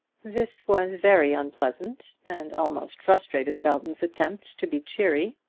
this was very unpleasant, and almost frustrated belton's attempts to be cheery.